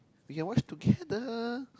we can watch together